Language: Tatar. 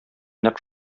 нәкъ